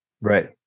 right